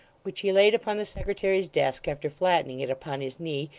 which he laid upon the secretary's desk after flattening it upon his knee,